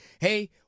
hey